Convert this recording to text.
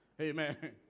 Amen